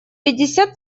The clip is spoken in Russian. пятьдесят